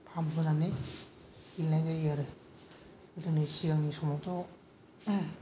फाम होनानै गेलेनाय जायो आरो गोदोनि सिगांनि समावथ'